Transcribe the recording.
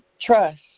Trust